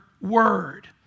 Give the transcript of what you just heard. word